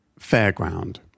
fairground